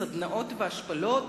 סדנאות והשפלות,